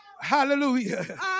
hallelujah